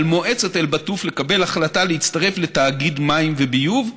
על מועצת אל-בטוף לקבל החלטה להצטרף לתאגיד מים וביוב,